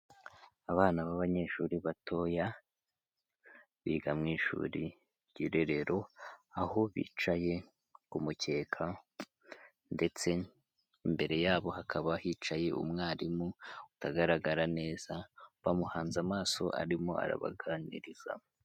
Abana b'abanyeshuri batoya biga mu ishuri ry'irerero aho bicaye k'umukeka ndetse imbere yabo hakaba hicaye umwarimu utagaragara neza bamuhanze amaso arimo arabaganiriza.